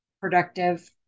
productive